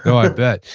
i bet.